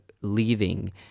leaving